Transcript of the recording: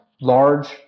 Large